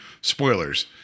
spoilers